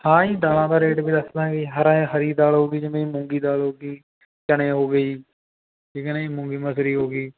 ਹਾਂਜੀ ਦਾਲਾਂ ਦਾ ਰੇਟ ਵੀ ਦੱਸ ਦਾਂਗੇ ਹਰਾ ਹਰੀ ਦਾਲ ਹੋਗੀ ਜਿਵੇਂ ਮੂੰਗੀ ਦਾਲ ਹੋਗੀ ਚਨੇ ਹੋ ਗਏ ਜੀ ਠੀਕ ਹੈ ਨਾ ਜੀ ਮੂੰਗੀ ਮਸਰੀ ਹੋ ਗਈ